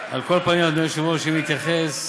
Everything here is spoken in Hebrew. אנשים היא כן עצומה דווקא מהשותפות,